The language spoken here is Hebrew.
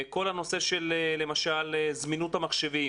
כל הנושא של למשל זמינות המחשבים?